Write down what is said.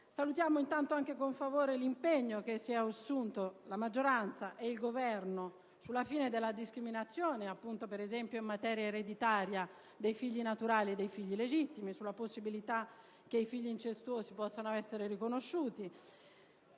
Salutiamo con favore l'impegno assunto dalla maggioranza e dal Governo sulla fine della discriminazione, per esempio, in materia ereditaria tra figli naturali e figli legittimi e sulla possibilità che i figli incestuosi possano essere riconosciuti.